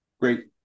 Great